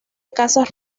casas